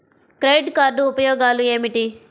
Credit card ఉపయోగాలు ఏమిటి?